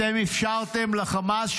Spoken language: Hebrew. אתם אפשרתם לחמאס,